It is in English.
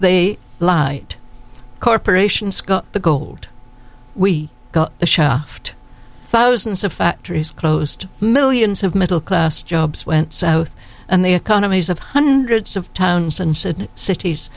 they corporations got the gold we got the shaft thousands of factories closed millions of middle class jobs went south and the economies of hundreds of towns and cities